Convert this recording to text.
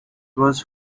was